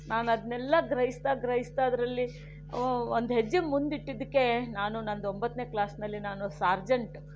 ನಾನು ಅದನ್ನೆಲ್ಲ ಗ್ರಹಿಸ್ತಾ ಗ್ರಹಿಸ್ತಾ ಅದರಲ್ಲಿ ಒ ಒಂದು ಹೆಜ್ಜೆ ಮುಂದಿಟ್ಟಿದ್ದಕ್ಕೆ ನಾನು ನನ್ನದು ಒಂಬತ್ತನೇ ಕ್ಲಾಸ್ನಲ್ಲಿ ನಾನು ಸಾರ್ಜೆಂಟ್